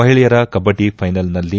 ಮಹಿಳೆಯರ ಕಬ್ಬಡಿ ಫೈನಲ್ನಲ್ಲಿ